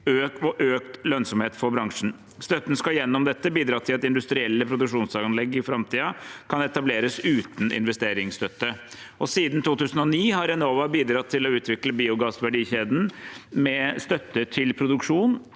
og økt lønnsomhet for bransjen. Støtten skal gjennom dette bidra til at industrielle produksjonsanlegg i framtiden kan etableres uten investeringsstøtte. Siden 2009 har Enova bidratt til å utvikle biogassverdikjeden med støtte til produksjon,